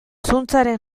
zuntzaren